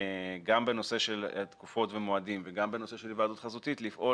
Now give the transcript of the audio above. גם בנושא של תקופות ומועדים וגם בנושא של היוועדות חזותית לפעול